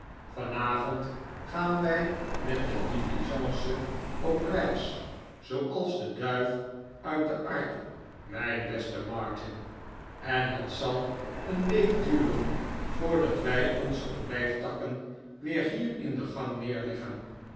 vanavond gaan wij met de diligence op reis zooals de duif uit de ark mijn beste martin en het zal een week duren voordat wij onze olijftakken weer hier in de gang neerleggen